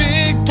Big